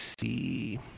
see